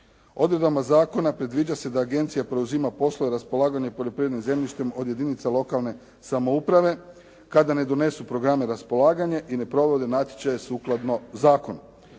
Odredbama zakona predviđa se da agencija preuzima poslove raspolaganja poljoprivrednim zemljištem od jedinica lokalne samouprave kada ne donesu programe na raspolaganje i ne provode natječaje sukladno zakonu.